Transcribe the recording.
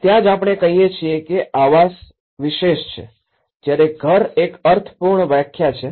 ત્યાં જ આપણે કહીએ છીએ કે આવાસ વિશેષ છે જ્યારે ઘર એક અર્થપૂર્ણ વ્યાખ્યા છે